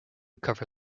cover